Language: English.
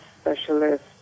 specialist